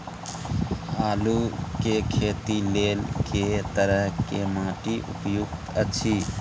आलू के खेती लेल के तरह के माटी उपयुक्त अछि?